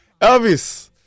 Elvis